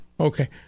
Okay